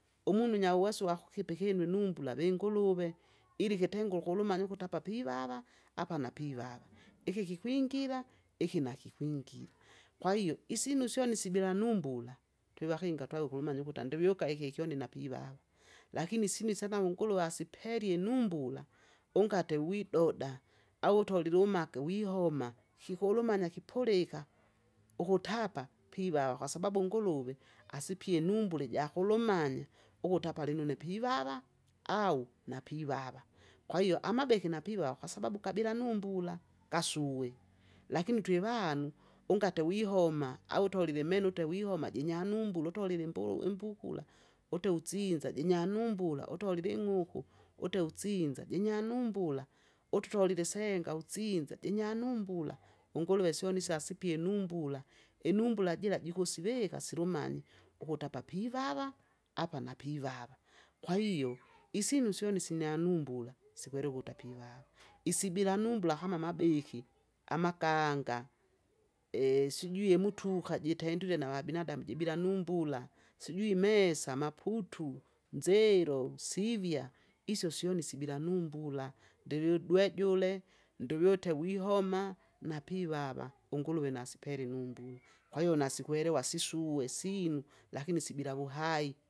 Umunu unyauweso wakupipa ikinu inumbula winguruve, ili kitengule ukulumanya ukui apa pivava apa napivava, iki kikwingira iki nakikwingira. Kwahiyo isyinu syone sibila numbula, twivakinga tweve ukulumanya ukuti andiviuka iki kyoni napivava. Lakini sina isyana unguruva asipelie numbula, ungarte widoda, au utolile umake wihoma, kikulumanya kipulika, ukuti apa pivava kwasababu nguruve asipie numbura ijakulumanya ukuti apa lino une pivava au napivava. Kwahiyo amabeki napivava kwasababu kabila numbula, gasuwe, lakini twivanu ungate wihoma au utelile menu ute ute wihoma jinyanumbula utolile imburu imbukula, ute usinza jinyanumbula utolile ing'uku, ute usinza jinya numbula, utu utolile isenga usinza jinyanumbula. Unguruve syoni sya asipie numbula, inumbula jira jikusivika silumanye, ukutu apa pivava! apa napivava. Kwahiyo isinu syoni sinyanumbula, sikwelewa ukuta apivava, isibila numbula kama mabeki makanga sijui imutuka jitendule navabinadamu jibila numbula. Sijui mesa amaputu, mzilo, msivia isyo syoni sibila numbula, ndililu dwejule, ndiviute vihoma, napivava unguruve nasipele numbula. Kwahiyo nasikwelewa sisuwe sinu, lakini sibiila wuhai.